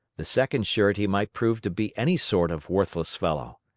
the second surety might prove to be any sort of worthless fellow.